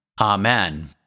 Amen